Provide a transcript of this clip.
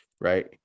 Right